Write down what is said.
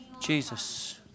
Jesus